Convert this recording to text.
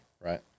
right